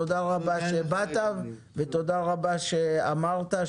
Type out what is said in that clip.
תודה רבה שבאת ותודה רבה שאמרת.